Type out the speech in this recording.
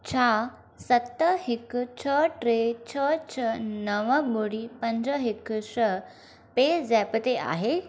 छा सत हिकु छह टे छह छह नव ॿुड़ी पंज हिकु छह पे ज़ैप ते आहे